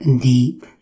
deep